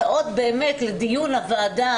אלא הצעות לדיון הוועדה,